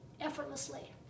effortlessly